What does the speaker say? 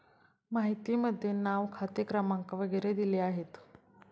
माहितीमध्ये नाव खाते क्रमांक वगैरे दिले आहेत